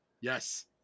Yes